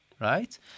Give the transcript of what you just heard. right